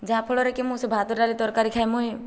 ଯାହା ଫଳରେକି ମୁଁ ସେ ଭାତ ଡାଲି ତରକାରୀ ଖାଇ ମୁଁ